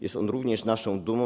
Jest on również naszą dumą.